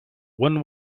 one